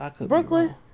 Brooklyn